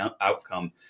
outcome